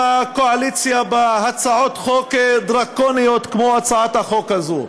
הקואליציה בהצעות חוק דרקוניות כמו הצעת החוק הזו?